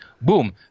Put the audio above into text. Boom